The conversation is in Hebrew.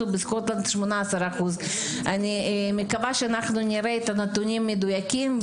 ובסקוטלנד 18%. אני מקווה שאנחנו נראה נתונים מדויקים.